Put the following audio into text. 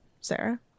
Sarah